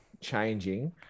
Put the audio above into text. changing